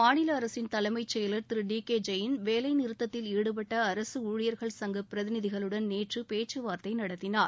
மாநில அரசின் தலைமைச் செயவர் திரு டி கே ஜெயின் வேலை நிறுத்தத்தின்ஈடுபட்ட அரசு ஊழியர்கள் சங்க பிரதிநிதிகளுடன் நேற்று பேச்சுவார்த்தை நடத்தினார்